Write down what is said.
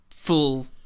Full